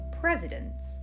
presidents